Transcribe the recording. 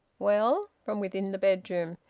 well? from within the bedroom.